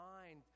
mind